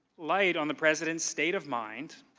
light on the president's state of mind.